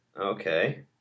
Okay